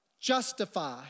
justify